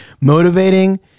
motivating